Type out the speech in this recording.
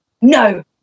no